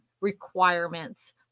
requirements